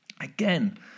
Again